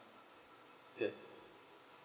okay